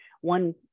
one